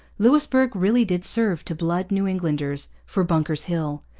louisbourg really did serve to blood new englanders for bunker's hill.